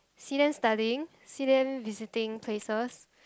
see them studying see them visiting places